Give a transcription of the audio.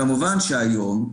כמובן שהיום,